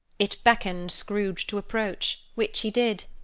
it beckoned scrooge to approach, which he did.